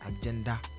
agenda